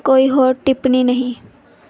ਕੋਈ ਹੋਰ ਟਿੱਪਣੀ ਨਹੀਂ